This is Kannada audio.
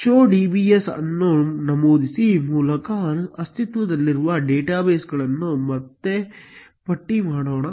ಶೋ dbs ಅನ್ನು ನಮೂದಿಸುವ ಮೂಲಕ ಅಸ್ತಿತ್ವದಲ್ಲಿರುವ ಡೇಟಾಬೇಸ್ಗಳನ್ನು ಮತ್ತೆ ಪಟ್ಟಿ ಮಾಡೋಣ